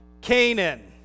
Canaan